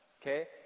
Okay